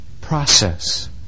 process